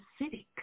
acidic